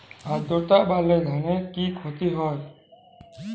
আদ্রর্তা বাড়লে ধানের কি ক্ষতি হয়?